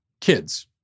kids